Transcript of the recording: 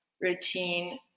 routine